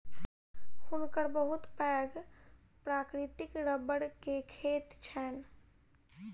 हुनकर बहुत पैघ प्राकृतिक रबड़ के खेत छैन